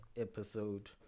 episode